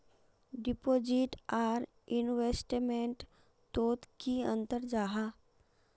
Deposit आर investment तोत की अंतर जाहा?